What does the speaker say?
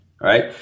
right